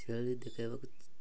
ଶୈଳି ଦେଖେଇବାକୁ